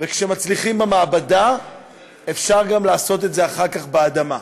וכשמצליחים במעבדה אפשר גם לעשות את זה אחר כך באדמה.